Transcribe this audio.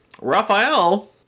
Raphael